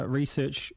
research